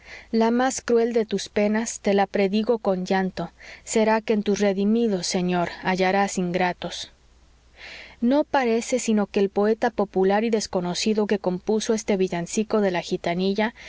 la más cruel de tus penas te la predigo con llanto será que en tus redimidos señor hallarás ingratos no parece sino que el poeta popular y desconocido que compuso este villancico de la gitanilla